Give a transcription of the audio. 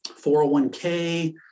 401k